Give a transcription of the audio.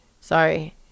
Sorry